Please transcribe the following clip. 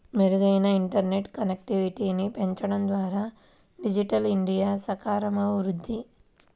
మెరుగైన ఇంటర్నెట్ కనెక్టివిటీని పెంచడం ద్వారా డిజిటల్ ఇండియా సాకారమవుద్ది